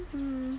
mm